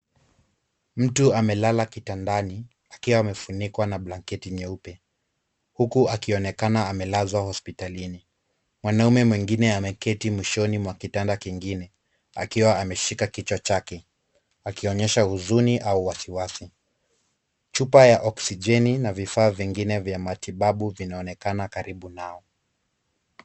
Mtu amelala kitandani akiwa amefunikwa na blanketi nyeupe huku akionekana amelazwa hospitalini. Mwanaume mwingine ameketi mwishoni mwa kitanda kingine akiwa ameshika kichwa chake akionyesha huzuni au wasiwasi. Chupa ya oxigeni na vifaa vingine vya matibabu vinaonekana karibu nao.